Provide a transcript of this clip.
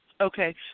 Okay